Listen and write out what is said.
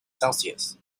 celsius